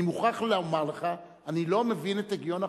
אני מוכרח לומר לך שאני לא מבין את הגיון החוק.